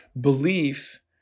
belief